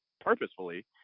purposefully